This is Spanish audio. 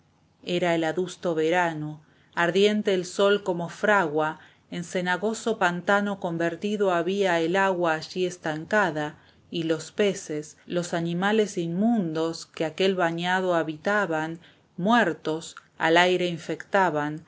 era el adusto verano ardiente el sol como fragua en cenagoso pantano convertido había el agua allí estancada y los peces los animales inmundos que aquel bañado habitaban muertos el aire infestaban